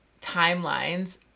timelines